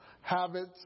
habits